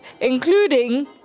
including